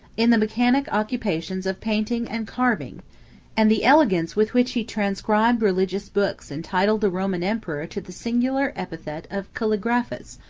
in the mechanic occupations of painting and carving and the elegance with which he transcribed religious books entitled the roman emperor to the singular epithet of calligraphes,